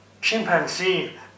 Chimpanzee